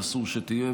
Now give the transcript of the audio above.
ואסור שתהיה.